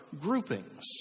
groupings